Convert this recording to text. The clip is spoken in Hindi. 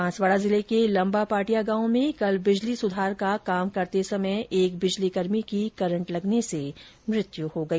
बांसवाडा जिले के लम्बापाटिया गांव में कल बिजली सुधार का कार्य करते समय एक बिजलीकर्मी की करंट लगने से मृत्यु हो गई